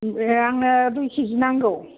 ए आंनो दुइ के जि नांगौ